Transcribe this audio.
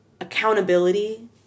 accountability